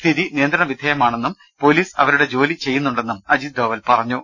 സ്ഥിതി നിയന്ത്രണ വിധേയമാ ണെന്നും പൊലീസ് അവരുടെ ജോലി ചെയ്യുന്നുണ്ടെന്നും അജിത് ഡോവൽ പറഞ്ഞു